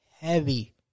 Heavy